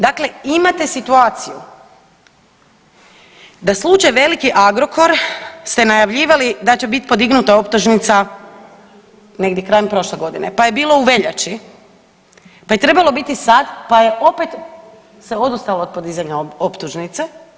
Dakle, imate situaciju da slučaj veliki Agrokor ste najavljivali da će biti podignuta optužnica negdje krajem prošle godine, pa je bilo u veljači, pa je trebalo biti sad, pa je opet se odustalo od podizanja optužnice.